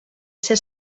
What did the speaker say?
ser